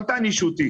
אל תענישו אותי.